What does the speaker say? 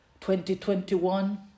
2021